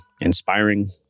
inspiring